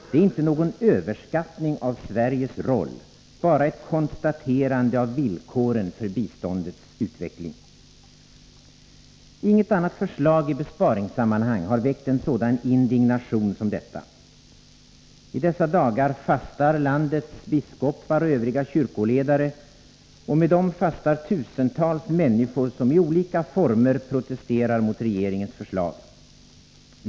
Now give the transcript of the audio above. Detta är inte någon överskattning av Sveriges roll, bara ett konstaterande av villkoren för biståndets utveckling. Inget annat förslag i besparingssammanhang har väckt en sådan indigna tion som detta. I dessa dagar fastar landets alla biskopar och övriga kyrkoledare. Med dem fastar tusentals människor, som i olika former protesterar mot regeringens förslag.